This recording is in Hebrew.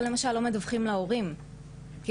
אם כבר מדווחים לאמא בלבד.